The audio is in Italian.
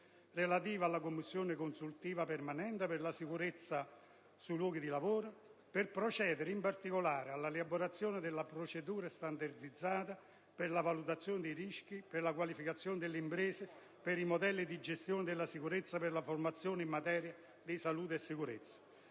relativo alla Commissione consultiva permanente per la sicurezza sui luoghi di lavoro, per procedere in particolare alla rielaborazione della procedura standardizzata per la valutazione dei rischi, per la qualificazione delle imprese, per i modelli di gestione della sicurezza, per la formazione in materia di salute e sicurezza.